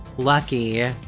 Lucky